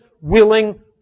willing